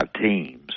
teams